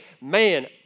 man